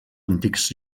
antics